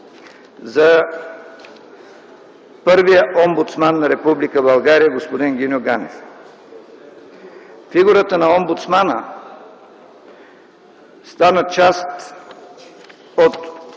за първия омбудсман господин Гиньо Ганев. Фигурата на омбудсмана стана част от